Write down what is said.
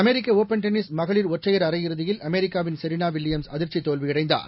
அமெரிக்க open tennis மகளிர் ஒற்றையர் அரையிறுதியில் அமெரிக்காவின் செரீனா வில்லியம்ஸ் அதிர்ச்சித் தோல்வியடைந்தார்